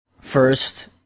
First